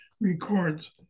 records